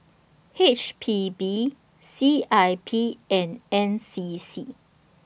H P B C I P and N C C